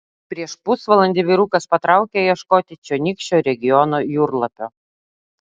prieš pusvalandį vyrukas patraukė ieškoti čionykščio regiono jūrlapio